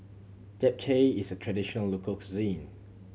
Japchae is a traditional local cuisine